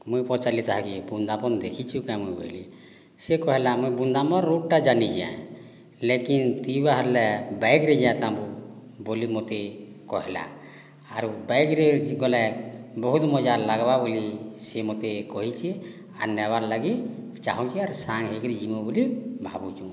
ମୁଁ ପଚାରିଲି ତାକୁ ବୃନ୍ଦାବନ ଦେଖିଛୁ କି ମୁଁ ବୋଇଲି ସିଏ କହିଲା ମୁଁ ବୃନ୍ଦାବନ ରୁଟ୍ଟା ଜାଣିଛି ଲେକିନ୍ ତୁ ବାହାରିଲେ ବାଇକ୍ରେ ଯାଆନ୍ତେ ବୋଲି ମୋତେ କହିଲା ଆଉ ବାଇକ୍ରେ ଗଲେ ବହୁତ ମଜା ଲାଗିବ ବୋଲି ସିଏ ମୋତେ କହିଛି ଆଉ ନେବାର ଲାଗି ଚାହୁଁଛି ଆଉ ସାଙ୍ଗ ହୋଇକରି ଯିବୁ ବୋଲି ଭାବୁଛୁ